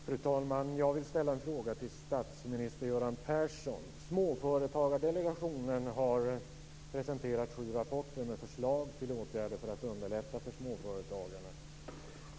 Fru talman! Jag vill ställa en fråga till statsminister Göran Persson. Småföretagardelegationen har presenterat sju rapporter med förslag till åtgärder för att underlätta för småföretagarna.